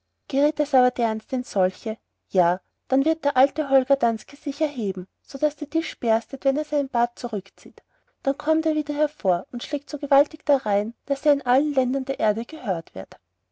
es aber dereinst in solche ja dann wird der alte holger danske sich erheben sodaß der tisch berstet wenn er den bart zurückzieht dann kommt er wieder hervor und schlägt so gewaltig darein daß er in allen ländern der erde gehört wird